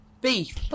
beef